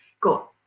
got